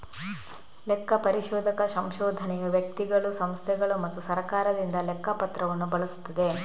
ಲೆಕ್ಕ ಪರಿಶೋಧಕ ಸಂಶೋಧನೆಯು ವ್ಯಕ್ತಿಗಳು, ಸಂಸ್ಥೆಗಳು ಮತ್ತು ಸರ್ಕಾರದಿಂದ ಲೆಕ್ಕ ಪತ್ರವನ್ನು ಬಳಸುತ್ತದೆ